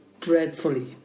dreadfully